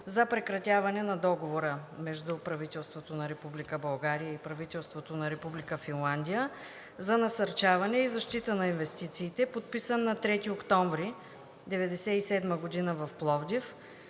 за прекратяването на Договора между правителството на Република България и правителството на Република Финландия за насърчаване и защита на инвестициите, подписан на 3 октомври 1997 г. в Пловдив,